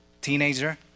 teenager